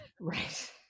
Right